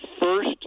first